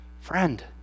friend